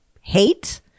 hate